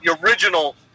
original